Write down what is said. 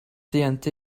tnt